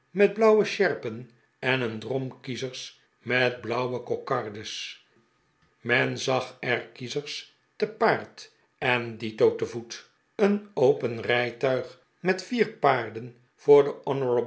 met blauwe sjerpen en een drom kiezers met blauwe kokardes men zag er kiezers te paard en dito te voet een open rijtuig met vier paarden voor